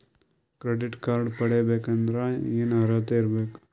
Credit card ಪಡಿಬೇಕಂದರ ಏನ ಅರ್ಹತಿ ಇರಬೇಕು?